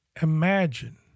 imagine